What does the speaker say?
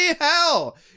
hell